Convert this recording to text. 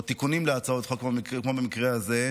או תיקונים להצעות חוק כמו במקרה הזה,